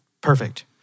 Perfect